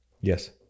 yes